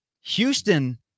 Houston